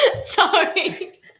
Sorry